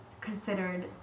considered